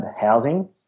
housing